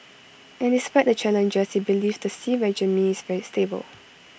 and despite the challenges he believes the Xi regime is stable